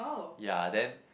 ya then